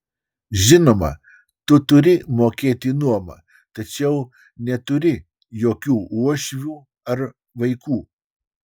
žinoma tu turi mokėti nuomą tačiau neturi jokių uošvių ar vaikų